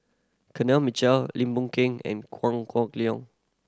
Mitchell Lim Boon Keng and Kong